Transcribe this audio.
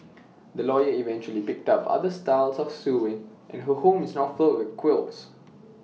the lawyer eventually picked up other styles of sewing and her home is now filled with quilts